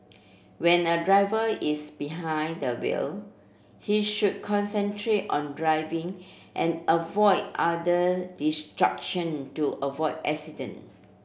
when a driver is behind the wheel he should concentrate on driving and avoid other distraction to avoid accident